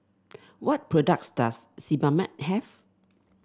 what products does Sebamed have